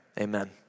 amen